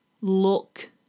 look